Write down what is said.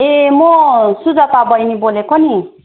ए म सुजाता बहिनी बोलेको नि